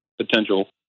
potential